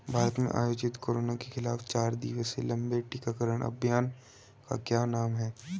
भारत में आयोजित कोरोना के खिलाफ चार दिवसीय लंबे टीकाकरण अभियान का क्या नाम है?